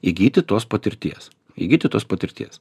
įgyti tos patirties įgyti tos patirties